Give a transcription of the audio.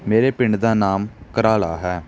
ਮੇਰੇ ਪਿੰਡ ਦਾ ਨਾਮ ਘਰਾਲਾ ਹੈ